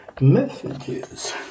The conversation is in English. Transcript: messages